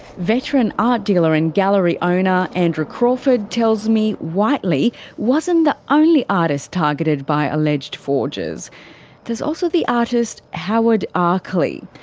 veteran art dealer and gallery owner andrew crawford tells me whitely wasn't the only artist targeted by alleged forgers there's also the artist howard arkley.